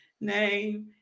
name